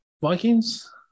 Vikings